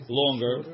longer